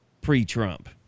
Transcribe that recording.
pre-Trump